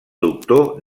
doctor